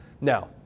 now